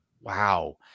Wow